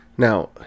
Now